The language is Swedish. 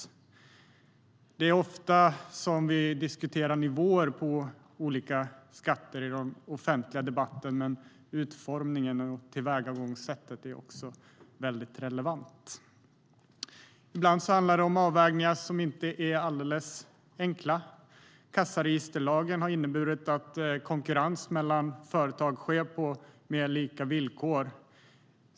I den offentliga debatten diskuterar vi ofta nivåer på olika skatter, men utformningen av skatter och tillvägagångssättet när det gäller dem är också mycket relevant. Ibland handlar det om avvägningar som inte är alldeles enkla. Kassaregisterlagen har inneburit att konkurrens mellan företag sker på mer lika villkor.